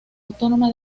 autónoma